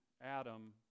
Adam